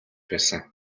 байсан